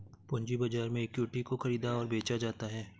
पूंजी बाजार में इक्विटी को ख़रीदा और बेचा जाता है